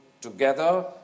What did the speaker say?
together